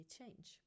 change